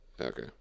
Okay